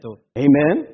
Amen